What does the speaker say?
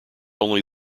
only